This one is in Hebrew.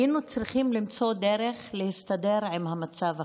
היינו צריכים למצוא דרך להסתדר עם המצב החדש.